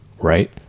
Right